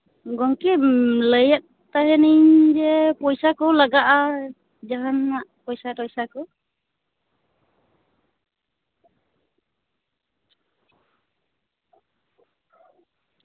ᱜᱚᱝᱠᱮ ᱞᱟᱹᱭᱮᱫ ᱛᱟᱦᱮᱱᱤᱧ ᱯᱚᱭᱥᱟ ᱠᱚ ᱞᱟᱜᱟᱜᱼᱟ ᱡᱟᱦᱟᱱᱟᱜ ᱯᱚᱭᱥᱟᱼᱴᱚᱭᱥᱟ ᱠᱚ